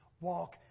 walk